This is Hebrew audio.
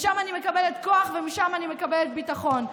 משם אני מקבלת כוח ומשם אני מקבלת ביטחון.